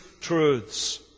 truths